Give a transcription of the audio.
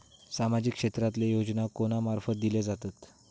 सामाजिक क्षेत्रांतले योजना कोणा मार्फत दिले जातत?